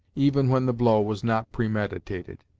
even when the blow was not premeditated.